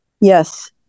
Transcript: Yes